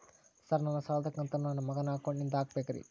Sir ನನ್ನ ಸಾಲದ ಕಂತನ್ನು ನನ್ನ ಮಗನ ಅಕೌಂಟ್ ನಿಂದ ಹಾಕಬೇಕ್ರಿ?